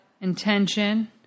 intention